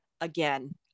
again